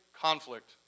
conflict